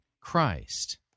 Christ